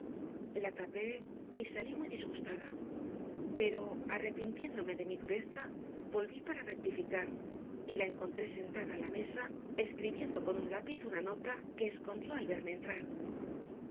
la tapé y salí muy disgustada pero arrepintiéndome de mi dureza volví para rectificar y la encontré sentada a la mesa escribiendo con un lápiz una nota que escondió al verme entrar